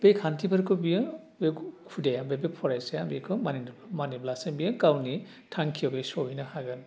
बे खान्थिफोरखौ बियो बेखौ खुदिया बे फरायसाया बेखौ मानिनांगोन मानिब्लासो बेयो गावनि थांखियाव बे सहैनो हागोन